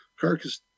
carcass